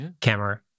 camera